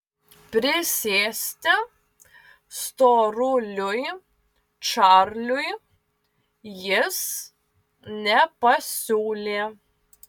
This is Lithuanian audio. prisėsti storuliui čarliui jis nepasiūlė